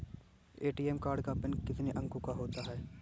ATM card का pin कितने अंकों का होता है?